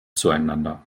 zueinander